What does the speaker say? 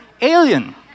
alien